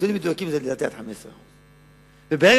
הנתונים המדויקים, לדעתי, הם עד 15%. ברגע